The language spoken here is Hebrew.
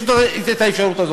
יש לו את האפשרות הזאת,